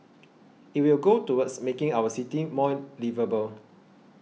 it will go towards making our city more liveable